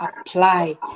apply